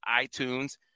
iTunes